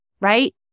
right